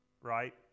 right